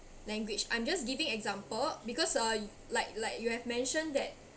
language I'm just giving example because uh like like you have mentioned that